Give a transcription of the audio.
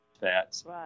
fats